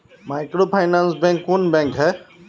Microfinance bank कौन bank है?